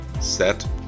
Set